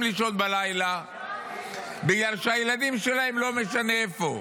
לישון בלילה בגלל שהילדים שלהם לא משנה איפה.